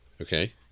Okay